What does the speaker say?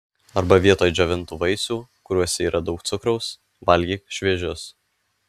arba vietoj džiovintų vaisių kuriuose yra daug cukraus valgyk šviežius